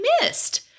missed